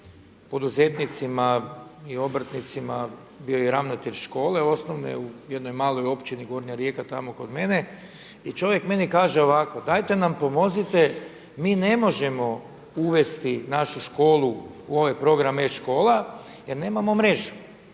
poduzetnicima i obrtnicima, bio je i ravnatelj škole osnovne u jednoj maloj Općini Gornja Rijeka tamo kod mene i čovjek meni kaže ovako, dajete nam pomozite mi ne možemo uvesti našu školu u ovaj program e-škola jer nemamo mrežu,